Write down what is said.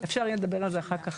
אפשר לדבר על זה אחר כך,